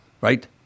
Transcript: right